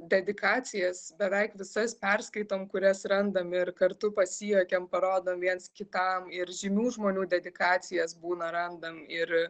dedikacijas beveik visas perskaitom kurias randam ir kartu pasijuokiam parodom viens kitam ir žymių žmonių dedikacijas būna randam ir